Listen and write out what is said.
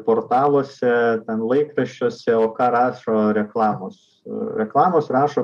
portaluose laikraščiuose o ką rašo reklamos reklamos rašo